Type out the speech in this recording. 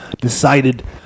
Decided